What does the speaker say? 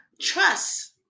trust